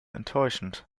enttäuschend